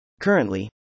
Currently